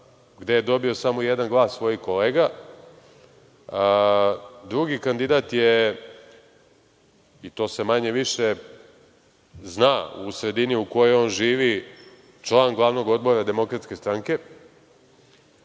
gde je dobio samo jedan glas svojih kolega, drugi kandidat je, i to se manje-više zna u sredini u kojoj on živi, član glavnog odbora DS, a treći